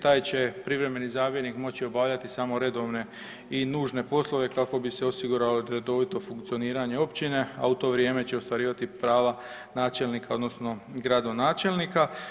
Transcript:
Taj će privremeni zamjenik moći obavljati samo redovne i nužne poslove kako bi se osiguralo redovito funkcioniranje općine, a u to vrijeme će ostvarivati prava načelnika odnosno gradonačelnika.